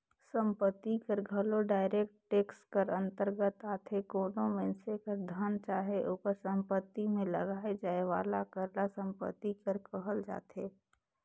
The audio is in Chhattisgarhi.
संपत्ति कर घलो डायरेक्ट टेक्स कर अंतरगत आथे कोनो मइनसे कर धन चाहे ओकर सम्पति में लगाए जाए वाला कर ल सम्पति कर कहल जाथे